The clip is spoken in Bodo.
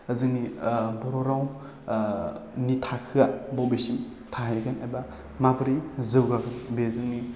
जोंनि बर' राव नि थाखोआ बबेसिम थाहैगोन एबा माबोरै जौगागोन बेयो जोंनि